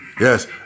Yes